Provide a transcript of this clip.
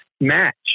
match